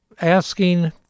asking